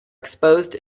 exposed